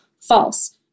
False